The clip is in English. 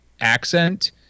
accent